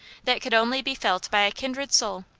that could only be felt by a kindred soul.